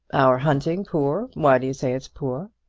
our hunting poor! why do you say it's poor?